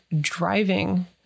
driving